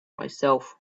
myself